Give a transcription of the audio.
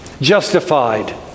justified